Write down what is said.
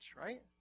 right